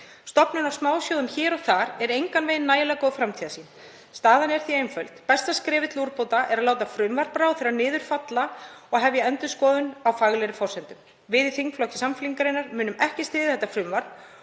Stofnun smásjóða hér og þar er engan veginn nægilega góð framtíðarsýn. Staðan er því einföld: Besta skrefið til úrbóta er að draga frumvarp ráðherra til baka og hefja endurskoðun á faglegri forsendum. Við í þingflokki Samfylkingarinnar munum ekki styðja þetta frumvarp